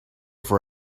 for